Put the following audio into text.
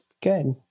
Good